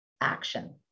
action